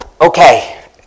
Okay